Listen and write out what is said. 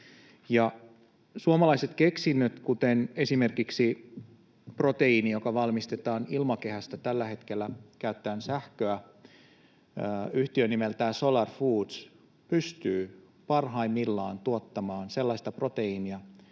suomalaisia keksintöjä, esimerkiksi proteiini, joka valmistetaan tällä hetkellä ilmakehästä käyttäen sähköä: yhtiö nimeltään Solar Foods pystyy parhaimmillaan tuottamaan sellaista proteiinia,